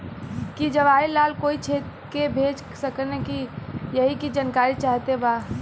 की जवाहिर लाल कोई के भेज सकने यही की जानकारी चाहते बा?